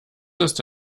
ist